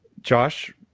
josh,